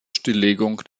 stilllegung